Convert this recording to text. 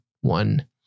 one